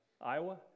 Iowa